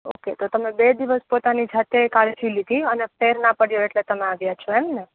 okay તો તમે બે દિવસ પોતાની જાતે કાળજી લીધી અને ફેર ના પડયો એટલે તમે આવ્યા છો એમ ને